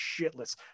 shitless